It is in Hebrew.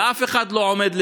ואף אחד לא עומד לדין.